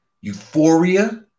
euphoria